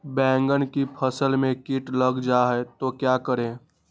बैंगन की फसल में कीट लग जाए तो क्या करें?